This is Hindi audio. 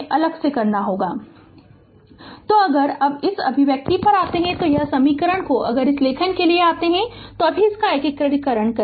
Refer Slide Time 3217 तो अगर अब इस अभिव्यक्ति पर आते हैं तो यह समीकरण को अगर इस लेखन के लिए आता है तो अभी इसका एकीकरण करें